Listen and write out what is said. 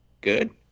Good